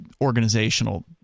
organizational